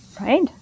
Right